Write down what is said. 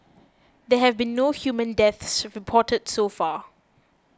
there have been no human deaths reported so far